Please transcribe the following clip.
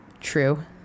true